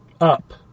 Up